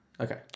Okay